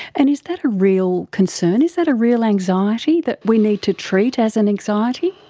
and is that a real concern, is that a real anxiety that we need to treat as an anxiety?